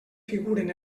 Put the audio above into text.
figuren